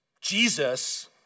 Jesus